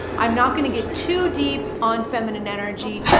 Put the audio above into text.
i'm not going to get too deep on feminine energy,